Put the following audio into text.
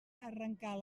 arrencar